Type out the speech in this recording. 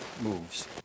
moves